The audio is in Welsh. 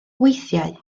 weithiau